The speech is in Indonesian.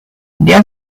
dia